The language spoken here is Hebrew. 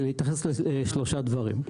להתייחס לשלושה דברים.